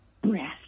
breath